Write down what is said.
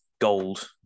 gold